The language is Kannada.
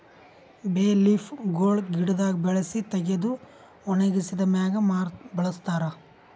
ಬೇ ಲೀಫ್ ಗೊಳ್ ಗಿಡದಾಗ್ ಬೆಳಸಿ ತೆಗೆದು ಒಣಗಿಸಿದ್ ಮ್ಯಾಗ್ ಬಳಸ್ತಾರ್